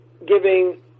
Giving